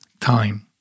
time